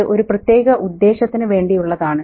അത് ഒരു പ്രത്യേക ഉദ്ദേശത്തിനുവേണ്ടിയുള്ളതാണ്